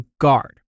Guard